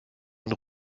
und